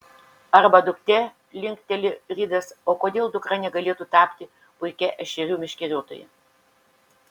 arba duktė linkteli ridas o kodėl dukra negalėtų tapti puikia ešerių meškeriotoja